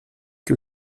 que